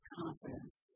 confidence